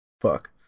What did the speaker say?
Fuck